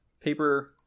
paper